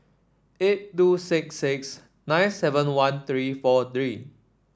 eight two six six nine seven one three four three